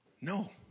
No